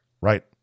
Right